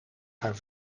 haar